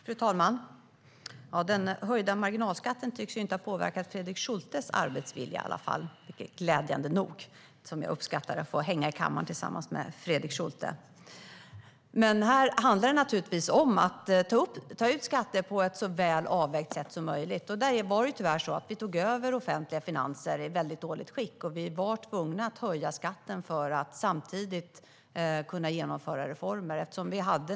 Fru talman! Den höjda marginalskatten tycks ju i alla fall inte ha påverkat Fredrik Schultes arbetsvilja - glädjande nog. Jag uppskattar att få hänga här i kammaren tillsammans med Fredrik Schulte. Här handlar det naturligtvis om att ta ut skatter på ett så väl avvägt sätt som möjligt. Tyvärr tog vi över offentliga finanser i väldigt dåligt skick. Vi var tvungna att höja skatten för att samtidigt kunna genomföra reformer.